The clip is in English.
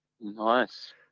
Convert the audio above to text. Nice